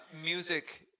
music